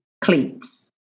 cleats